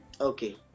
okay